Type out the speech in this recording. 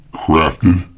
crafted